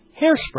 Hairspray